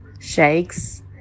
shakes